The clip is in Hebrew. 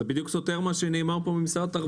זה בדיוק סותר את מה שנאמר פה על ידי משרד התחבורה.